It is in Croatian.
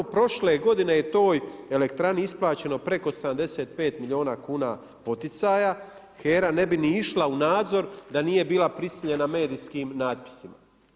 Samo prošle godine je toj elektrani isplaćeno preko 75 milijuna kuna poticaja, HERA ne bi ni išla u nadzor da nije bila prisiljena medijskim natpisima.